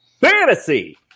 Fantasy